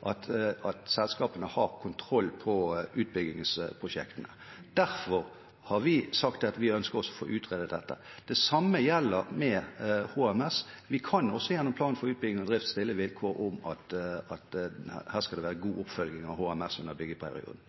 at selskapene har kontroll på utbyggingsprosjektene. Derfor har vi sagt at vi ønsker å få utredet dette. Det samme gjelder for HMS. Vi kan gjennom plan for utbygging og drift stille vilkår om at det skal være god oppfølging av HMS under byggeperioden.